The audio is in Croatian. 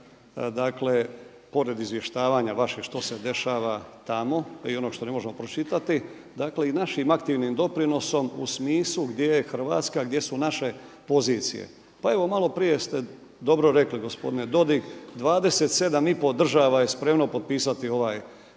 dakle pored izvještavanja vašeg što se dešava tamo, pa i onog što ne možemo pročitati. Dakle i našim aktivnim doprinosom u smislu gdje je Hrvatska, gdje su naše pozicije. Pa evo malo prije ste dobro rekli gospodine Dodig. 27 i pol država je spremno potpisati ovaj